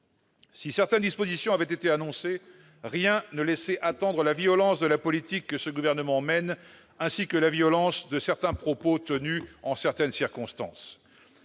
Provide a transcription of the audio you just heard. Si certaines dispositions avaient été annoncées, rien ne permettait de prévoir la violence de la politique menée par ce gouvernement ainsi que la violence de certains propos tenus en certaines circonstances.